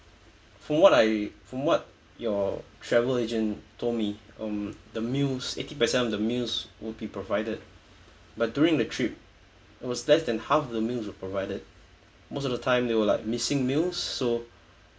from what I from what your travel agent told me on the meals eighty percent of the meals will be provided but during the trip it was less than half the meals were provided most of the time there were like missing meals so